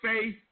faith